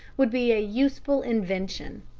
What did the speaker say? would be a useful invention.